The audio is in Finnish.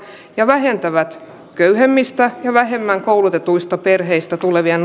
ja vähentävät köyhemmistä ja vähemmän koulutetuista perheistä tulevien nuorten